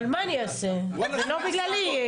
אבל מה אעשה, זה לא בגללי.